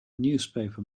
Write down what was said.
newspaper